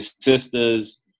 sisters